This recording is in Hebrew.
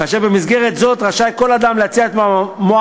כאשר במסגרת זו רשאי כל אדם להציע את מועמדותו,